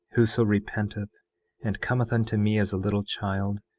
whoso repenteth and cometh unto me as a little child,